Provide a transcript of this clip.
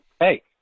hey